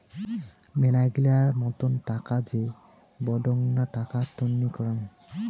মেলাগিলা মত টাকা যে বডঙ্না টাকা টননি করাং